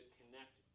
connect